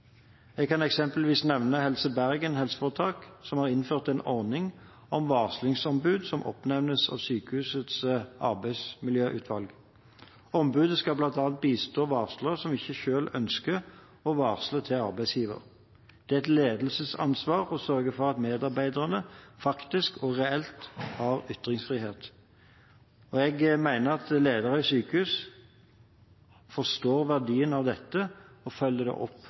Jeg kan eksempelvis nevne Helse-Bergen HF, som har innført en ordning med varslingsombud som oppnevnes av sykehusets arbeidsmiljøutvalg. Ombudet skal bl.a. bistå varslere som ikke selv ønsker å varsle til arbeidsgiver. Det er et ledelsesansvar å sørge for at medarbeiderne faktisk og reelt har ytringsfrihet. Jeg har tillit til at lederne i sykehusene forstår verdien av dette og følger det opp